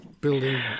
building